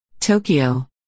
Tokyo